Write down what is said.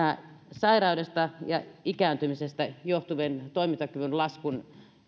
sairaudesta ja ikääntymisestä johtuvaan toimintakyvyn laskuun